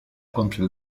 contra